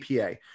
APA